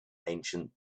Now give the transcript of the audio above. ancient